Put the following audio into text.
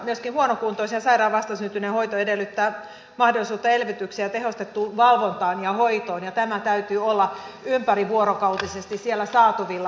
myöskin huonokuntoisen ja sairaan vastasyntyneen hoito edellyttää mahdollisuutta elvytykseen ja tehostettuun valvontaan ja hoitoon ja näiden täytyy olla ympärivuorokautisesti siellä saatavilla